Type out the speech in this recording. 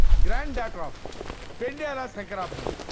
granddaughter of pendyala shankarabaranam!